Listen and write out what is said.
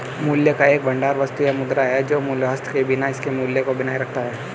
मूल्य का एक भंडार वस्तु या मुद्रा है जो मूल्यह्रास के बिना इसके मूल्य को बनाए रखता है